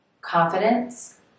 confidence